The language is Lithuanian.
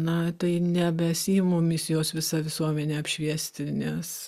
na tai nebesiimu misijos visą visuomenę apšviesti nes